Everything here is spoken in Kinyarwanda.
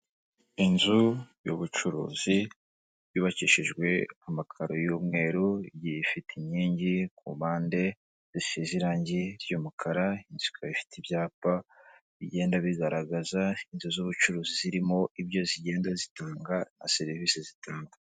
Inzu y'ubucuruzi yubakishijwe amakaro y'umweru, igye ifite inkingi ku mpande zisize irangi ry'umukara, inzu ikaba ifite ibyapa bigenda bigaragaza inzu z'ubucuruzi zirimo ibyo zigenda zitanga na serivisi zitanga.